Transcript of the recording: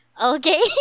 Okay